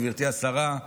גברתי השרה,